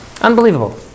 Unbelievable